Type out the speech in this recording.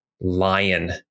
lion